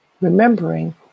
remembering